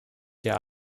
wir